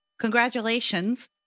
congratulations